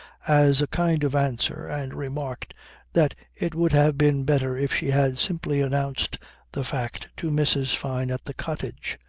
as a kind of answer and remarked that it would have been better if she had simply announced the fact to mrs. fyne at the cottage.